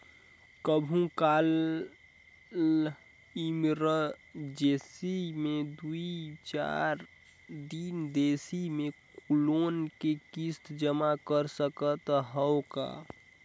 कभू काल इमरजेंसी मे दुई चार दिन देरी मे लोन के किस्त जमा कर सकत हवं का?